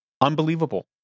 unbelievable